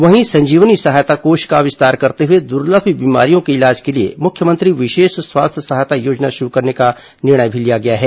वहीं संजीवनी सहायता कोष का विस्तार करते हुए दुर्लभ बीमारियों के इलाज के लिए मुख्यमंत्री विशेष स्वास्थ्य सहायता योजना शुरू करने का निर्णय भी लिया गया है